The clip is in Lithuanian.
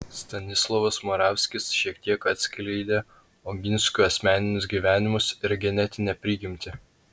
stanislovas moravskis šiek tiek atskleidė oginskių asmeninius gyvenimus ir genetinę prigimtį